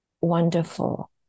wonderful